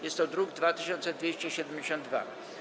Jest to druk nr 2272.